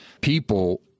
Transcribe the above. people